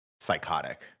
psychotic